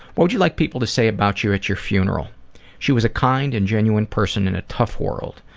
what would you like people to say about you at your funeral she was a kind and genuine person in a tough world.